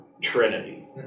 Trinity